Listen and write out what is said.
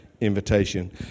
invitation